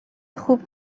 خوب